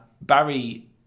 Barry